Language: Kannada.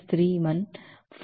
therefore the